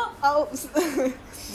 can you get out of the house now